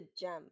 gem